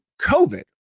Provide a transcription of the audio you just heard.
COVID